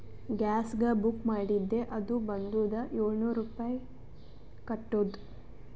ಗ್ಯಾಸ್ಗ book ಮಾಡಿದ್ದೆ ಅದು ಬಂದುದ ಏಳ್ನೂರ್ ರುಪಾಯಿ ಕಟ್ಟುದ್